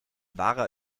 wahrer